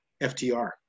FTR